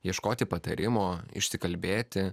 ieškoti patarimo išsikalbėti